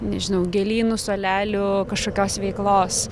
nežinau gėlynų salelių kažkokios veiklos